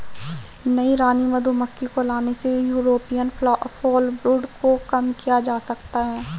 नई रानी मधुमक्खी को लाने से यूरोपियन फॉलब्रूड को कम किया जा सकता है